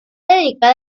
dedicada